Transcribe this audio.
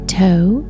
toe